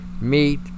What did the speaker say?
Meat